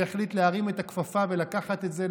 שהחליט להרים את הכפפה ולקחת את זה,